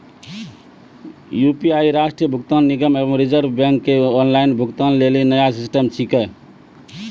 UPI राष्ट्रीय भुगतान निगम एवं रिज़र्व बैंक के ऑनलाइन भुगतान लेली नया सिस्टम छिकै